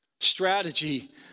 strategy